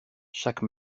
chaque